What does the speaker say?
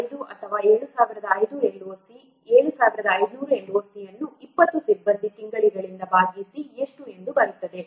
5 ಅಥವಾ 7005 LOC 7500 LOC ಅನ್ನು 20 ಸಿಬ್ಬಂದಿ ತಿಂಗಳಿಂದ ಭಾಗಿಸಿ ಎಷ್ಟು ಎಂದು ಬರುತ್ತದೆ